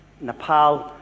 Nepal